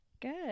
good